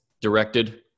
directed